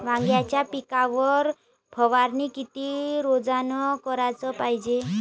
वांग्याच्या पिकावर फवारनी किती रोजानं कराच पायजे?